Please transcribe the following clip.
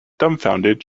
dumbfounded